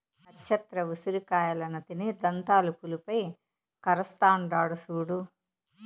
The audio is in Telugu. నచ్చత్ర ఉసిరి కాయలను తిని దంతాలు పులుపై కరస్తాండాడు సూడు